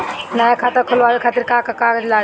नया खाता खुलवाए खातिर का का कागज चाहीं?